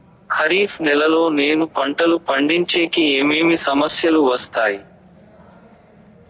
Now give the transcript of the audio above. ఖరీఫ్ నెలలో నేను పంటలు పండించేకి ఏమేమి సమస్యలు వస్తాయి?